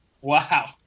Wow